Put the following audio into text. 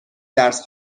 درس